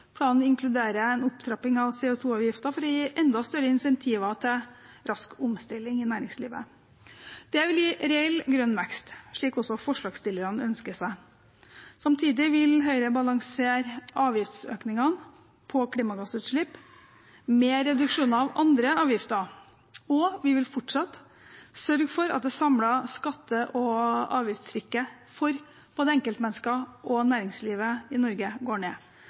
Planen inkluderer en opptrapping av CO 2 -avgiften for å gi enda større insentiver til rask omstilling i næringslivet. Det vil gi reell grønn vekst, slik også forslagsstillerne ønsker seg. Samtidig vil Høyre balansere avgiftsøkningene på klimagassutslipp med reduksjoner av andre avgifter. Og vi vil fortsatt sørge for at det samlede skatte- og avgiftstrykket for både enkeltmennesker og næringslivet i Norge går ned,